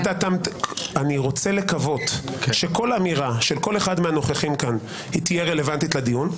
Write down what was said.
אני רוצה לקוות שכל אמירה של כל אחד מהנוכחים כאן תהיה רלוונטית לדיון.